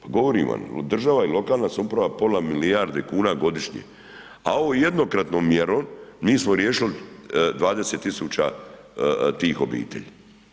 Pa govorim vam, državna i lokalna samouprava, pola milijarde kuna godišnje a ovom jednokratnom mjerom, mi smo riješili 20 000 tih obitelji.